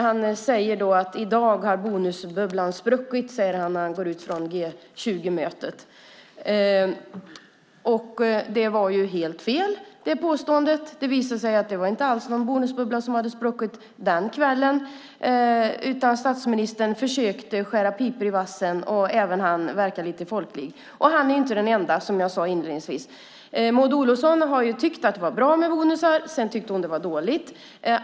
Han sade när han gick ut från G20-mötet att bonusbubblan hade spruckit. Påståendet var helt fel. Det var inte alls någon bonusbubbla som hade spruckit den kvällen. Statsministern försökte skära pipor i vassen och även han verka lite folklig. Han är inte den enda, som jag sade inledningsvis. Maud Olofsson har tyckt att det har varit bra med bonusar. Sedan tyckte hon det var dåligt.